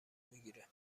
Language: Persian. میگیره